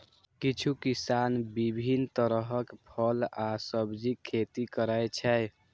किछु किसान विभिन्न तरहक फल आ सब्जीक खेती करै छै